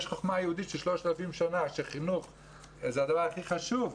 יש חכמה יהודית של 3,000 שנים שחינוך זה הדבר הכי חשוב.